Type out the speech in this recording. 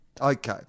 Okay